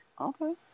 Okay